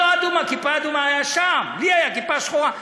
כיפה אדומה היה שם, לי הייתה כיפה שחורה.